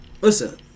listen